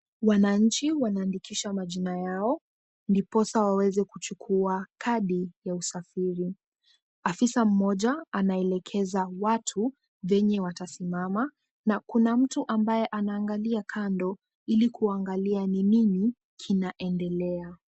Wananchi wanaandikisha majina yao ndiposa waweze kuchukua kadi ya usafiri. Afisa mmoja anaelekeza watu venye watasimama na kuna mtu ambaye anaangalia kando ili kuangalia ni nini kinaendelea.